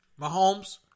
Mahomes